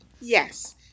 Yes